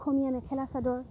অসমীয়া মেখেলা চাদৰ